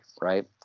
right